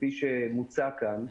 כפי שמוצע כאן,